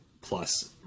plus